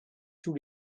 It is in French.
tous